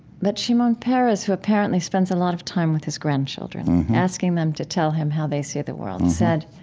but shimon peres who apparently spends a lot of time with his grandchildren asking them to tell him how they see the world said,